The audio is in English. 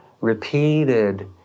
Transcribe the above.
repeated